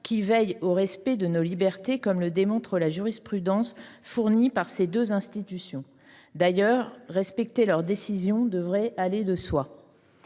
qui veillent au respect de nos libertés, comme le démontre la jurisprudence de ces deux institutions – d’ailleurs, respecter leurs décisions devrait aller de soi.